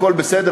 הכול בסדר,